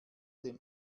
dem